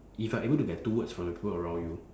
if you are able to get two words from the people around you